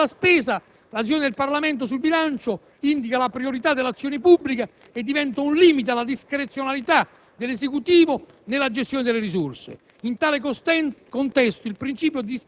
possa essere imposta solo per legge. Dal lato della spesa, l'azione del Parlamento sul bilancio indica la priorità dell'azione pubblica e diventa un limite alla discrezionalità dell'Esecutivo nella gestione delle risorse.